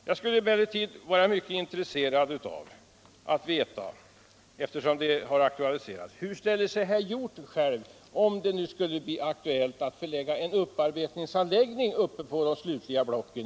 Jag skulle emellertid vara mycket intresserad av att veta, eftersom frågan här har tagits upp: Hur ställer sig herr Hjorth själv om det skulle bli aktuellt att förlägga en upparbetningsanläggning till Östhammar, förutom de slutliga blocken?